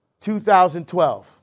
2012